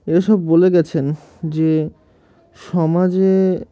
এরা সব বলে গিয়েছেন যে সমাজে